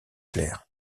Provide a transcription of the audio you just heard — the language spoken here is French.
clair